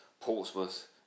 Portsmouth